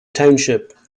township